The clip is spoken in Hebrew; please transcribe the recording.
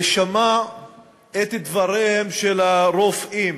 ושמע את דבריהם של הרופאים,